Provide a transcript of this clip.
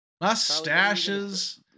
mustaches